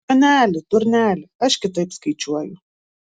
joneli durneli aš kitaip skaičiuoju